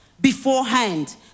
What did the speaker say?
beforehand